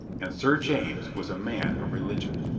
and sir james was a man of re ligion.